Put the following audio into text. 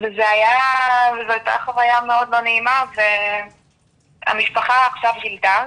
וזו הייתה חוויה מאוד לא נעימה והמשפחה עכשיו גילתה,